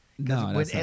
No